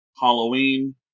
Halloween